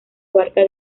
abarca